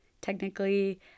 Technically